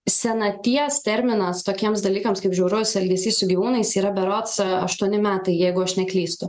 senaties terminas tokiems dalykams kaip žiaurus elgesys su gyvūnais yra berods aštuoni metai jeigu aš neklystu